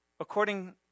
According